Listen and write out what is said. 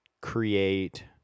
create